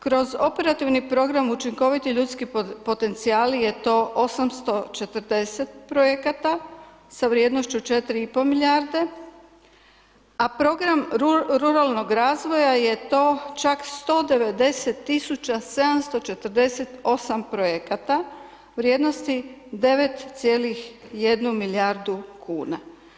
Kroz operativni program učinkoviti ljudski potencijali je to 840 projekata sa vrijednošću 4,5 milijarde, a program ruralnog razvoja je to čak 190 748 projekata vrijednosti 9,1 milijardu kuna.